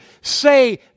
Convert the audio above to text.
say